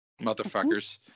Motherfuckers